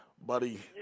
Buddy